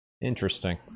interesting